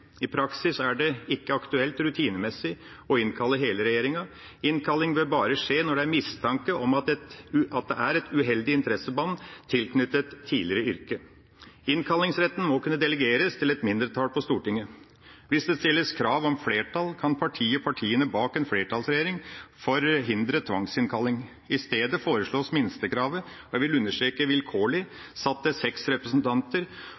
I praksis er det ikke aktuelt rutinemessig å innkalle hele regjeringa. Innkalling bør bare skje når det er mistanke om at det er et uheldig interessebånd tilknyttet tidligere yrke. Innkallingsretten må kunne delegeres til et mindretall på Stortinget. Hvis det stilles krav om flertall, kan partiet/partiene bak en flertallsregjering forhindre tvangsinnkalling. I stedet foreslås minstekravet, vilkårlig – jeg vil understreke vilkårlig – satt til seks representanter.